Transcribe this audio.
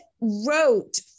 wrote